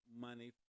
money